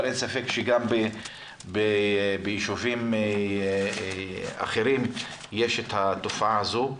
אבל אין ספק שגם בישובים אחרים יש את התופעה הזו.